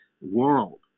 world